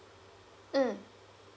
mm